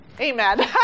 Amen